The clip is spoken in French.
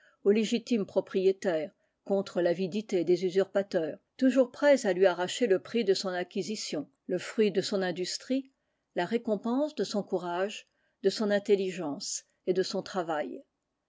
au légitime propriétaire contre l'avidité des usurpateurs toujours prêts à lui arracher le prix de son acquisition le fruit de son industrie la récompense de son courage de son intelligence et de son travail